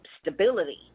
stability